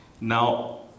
Now